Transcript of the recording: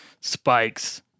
spikes